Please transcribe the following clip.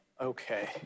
Okay